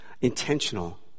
intentional